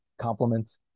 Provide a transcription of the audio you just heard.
compliment